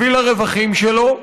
בשביל הרווחים שלו,